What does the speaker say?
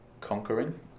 conquering